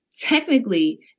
technically